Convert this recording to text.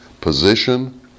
position